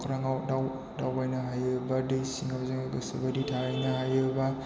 अख्राङाव दावबायनो हायो एबा दै सिङाव जोङो गोसो बायदि थाहैनो हायो बा